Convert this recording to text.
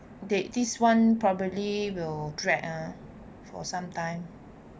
they this one probably will drag ah for some time